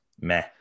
meh